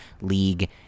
League